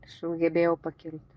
sugebėjau pakilti